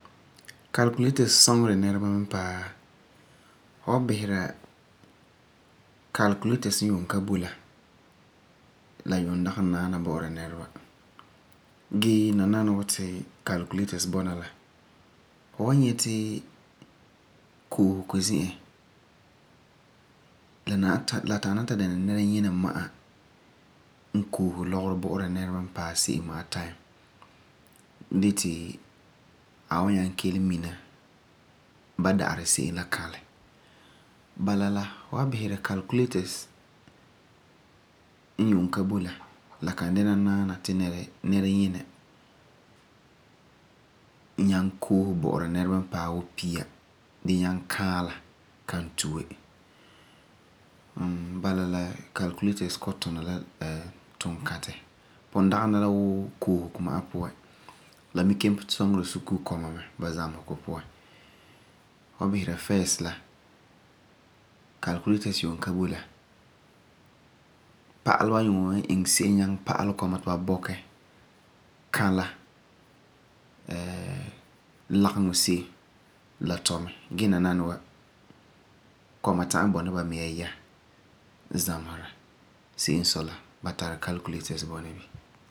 Calculators suŋeri nɛreba mɛ paa. Fu san bisera calculators n yuum ka boi la, la yuum dagi naana bo'ora nɛreba gee nananawa ti calculators bɔna la fu wan nyɛ ti koosego zi'an, la ta'am ni ta dɛna nɛreyinɛ ma'a n loose lɔgerɔ bo'ora nɛreba n paɛ seem ma'am gee kelum mina ba da'ari seem la kalɛ. Gee fu san bisera, calculators n yuum ka boi la, la kan dɛna naana ti nɛreyinɛ ta'am loose bo nɛreba n paɛ seem ma'a. Bun dagena la loose ma'a puan gee la mi kelum suŋera sukuu kɔma ti ba zamesera Kala suŋsuŋa. lageŋɔ se'em la tui mɛ gee nananawa kɔma ta'am bɔna ba miŋa yɛa gee zamesera, se'em sɔi la ba tara calculators bɔna bini.